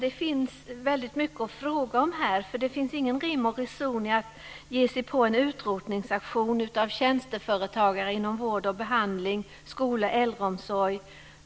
Det finns väldigt mycket att fråga om här, för det finns ingen rim och reson i att ge sig på en utrotningsaktion av tjänsteföretagare inom vård och behandling, skola och äldreomsorg.